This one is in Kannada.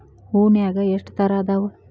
ಹೂನ್ಯಾಗ ಎಷ್ಟ ತರಾ ಅದಾವ್?